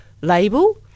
label